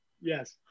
yes